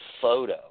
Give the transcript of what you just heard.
photo